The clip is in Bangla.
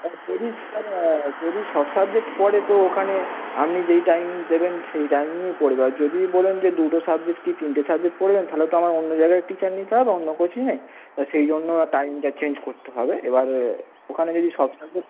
আর যদি স্যার যদি সব সাবজেক্ট পড়ে তো ওখানে আমনি যেই টাইম দেবেন সেই টাইমেই পড়বে আর যদি বলেন যে দুটো সাবজেক্ট কি তিনটে সাবজেক্ট পড়বেন তাহলে তো আমায় অন্য জায়গায় টিচার নিতে হবে অন্য কোচিংয়ে তা সেই জন্য আর টাইমটা চেঞ্জ করতে হবে এবারে ওখানে যদি সব সাবজেক্ট